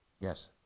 Yes